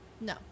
No